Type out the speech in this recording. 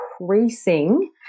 increasing